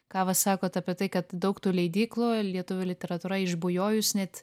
ką va sakot apie tai kad daug tų leidyklų lietuvių literatūra išbujojus net